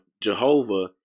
Jehovah